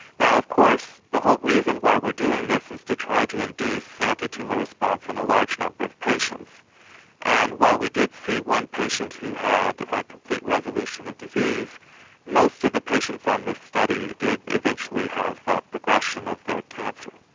now of course the whole reason why we're doing this is to try to induce anti-tumour response in a large number of patients and while we did see one patient who had a complete resolution of disease most of the patients on this study did eventually have a progression of their cancer.